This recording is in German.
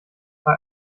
bei